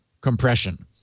compression